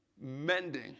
mending